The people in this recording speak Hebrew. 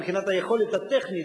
מבחינת היכולת הטכנית,